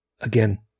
Again